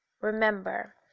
remember